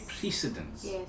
precedence